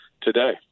today